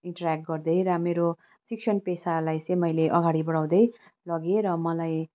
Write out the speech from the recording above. interact गर्दै मेरो शिक्षण पेसालाई चाहिँ मैले अगाडि बढाउँदै लगेँ र मलाई